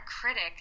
critic